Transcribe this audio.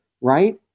right